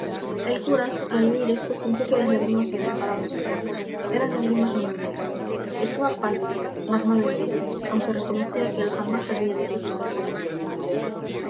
el cura al oír esto sintió que las lagrimas se agolpaban a sus ojos eran lágrimas de admiración estaba pálido mas no de envidia aunque reconocía que él jamás había dicho en sus sermones cosas tan bellas